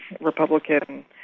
Republican